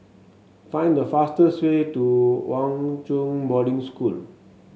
find the fastest way to Hwa Chong Boarding School